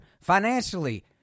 Financially